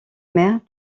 mère